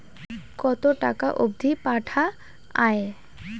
কতো টাকা অবধি পাঠা য়ায়?